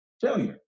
Failure